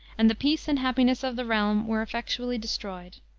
and the peace and happiness of the realm were effectually destroyed.